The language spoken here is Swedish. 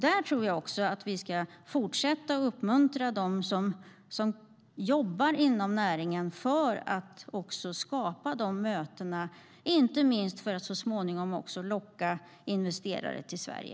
Där tror jag också att vi ska fortsätta uppmuntra dem som jobbar inom näringen för att skapa dessa möten, inte minst för att så småningom locka investerare till Sverige.